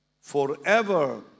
Forever